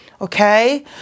okay